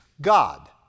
God